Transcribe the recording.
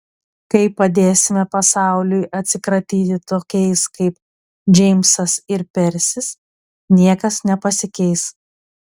kai padėsime pasauliui atsikratyti tokiais kaip džeimsas ir persis niekas nepasikeis